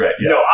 No